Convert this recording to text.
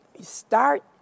start